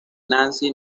nancy